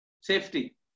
safety